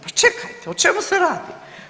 Pa čekaj o čemu se radi?